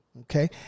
Okay